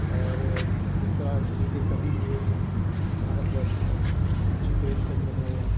और जिस तरह हिन्दी के कवि हुए हैं भारतवर्ष में मुंशी प्रेमचन्द्र हों